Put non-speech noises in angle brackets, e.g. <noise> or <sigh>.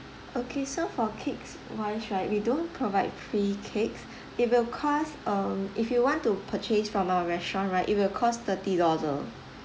okay so for cakes wise right we don't provide free cakes <breath> it will cost um if you want to purchase from our restaurant right it will cost thirty dollar